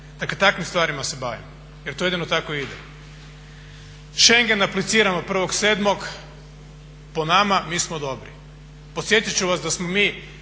dakle takvim stvarima se bavim jer to jedino tako ide. Schengen apliciran od 1.7.po nama, mi smo dobri. Podsjetit ću vas da smo mi